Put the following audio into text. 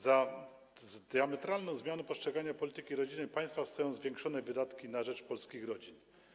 Za diametralną zmianą postrzegania polityki rodzinnej państwa idą zwiększone wydatki na rzecz polskich rodzin.